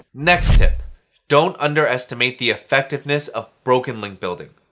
next tip don't underestimate the effectiveness of broken link building.